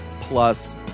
Plus